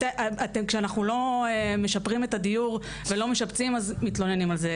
כשאנחנו לא משפרים את הדיור ולא משפצים אז מתלוננים על זה,